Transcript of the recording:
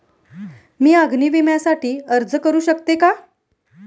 मी अग्नी विम्यासाठी अर्ज करू शकते का?